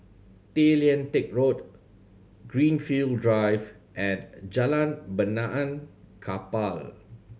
Tay Lian Teck Road Greenfield Drive and Jalan Benaan Kapal